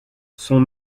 son